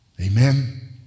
Amen